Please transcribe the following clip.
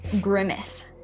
grimace